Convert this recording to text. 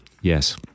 Yes